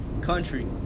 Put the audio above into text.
Country